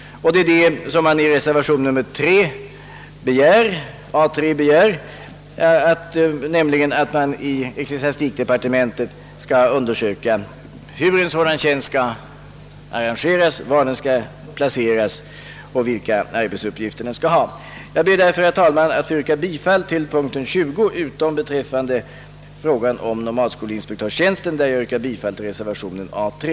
Reservationen A 3 innebär att ecklesiastikdepartementet skall undersöka hur en sådan tjänst kan arrangeras, var den bör placeras och vilka arbetsuppgifter den bör omfatta. Jag ber, herr talman, att få yrka bifall till utskottets hemställan under punkt 20 utom beträffande nomadskolinspektörstjänsten, där jag yrkar bifall till reservationen A 3.